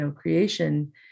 creation